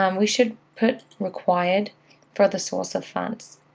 um we should put required for the source of funds.